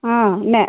ஆ ந